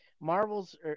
Marvel's